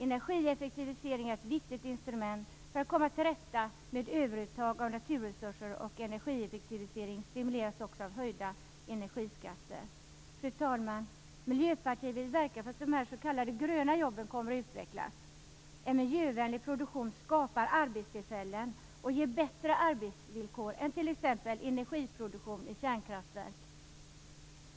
Energieffektivisering är ett viktigt instrument för att komma till rätta med överuttag av naturresurser, och energieffektivisering stimuleras också av höjda energiskatter. Fru talman! Miljöpartiet vill verka för att de s.k. gröna jobben kommer att utvecklas. En miljövänlig produktion skapar arbetstillfällen och ger bättre arbetsvillkor än t.ex. energiproduktion i kärnkraftverk.